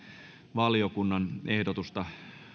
valiokunnan ehdotusta